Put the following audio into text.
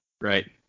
Right